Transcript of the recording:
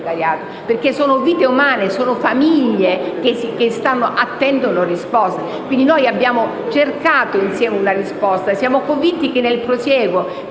perché sono vite umane e famiglie che attendono risposte. Noi abbiamo cercato insieme una risposta. Siamo convinti che nel prosieguo